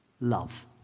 love